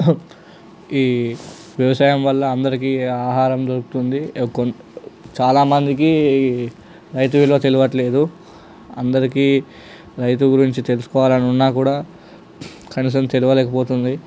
ఈ వ్యవసాయం వల్ల అందరికీ ఆహారం దొరుకుతుంది చాలామందికి నైతిక విలువ తెలియట్లేదు అందరికీ రైతు గురించి తెలుసుకోవాలని ఉన్నా కూడా కనీసం తెలియలేక పోతుంది